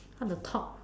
the talk